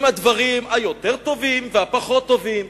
עם הדברים היותר טובים והפחות טובים.